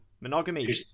monogamy